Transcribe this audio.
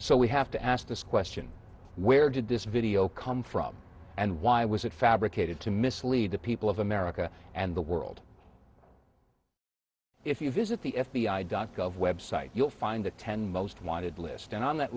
so we have to ask this question where did this video come from and why was it fabricated to mislead the people of america and the world if you visit the f b i dot gov website you'll find the ten most wanted list and on that